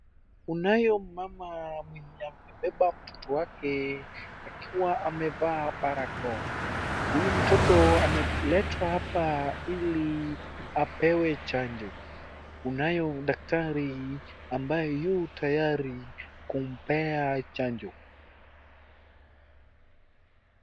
Kunayo mmama mwenye amebeba mtoto wake akiwa amevaa barakoa. Huyu mtoto ameletwa hapa ili apewe chanjo. Kunaye daktari ambaye yu tayari kumpea chanjo.